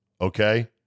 okay